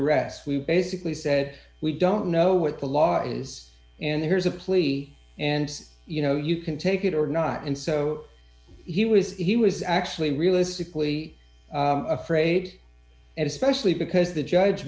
irects we basically said we don't know what the law is and there's a plea and you know you can take it or not and so he was he was actually realistically afraid and especially because the judge